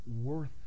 worth